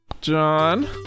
John